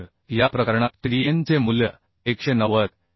तर या प्रकरणातTDN चे मूल्य 190 T